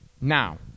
Now